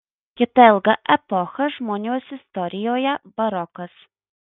kita ilga epocha žmonijos istorijoje barokas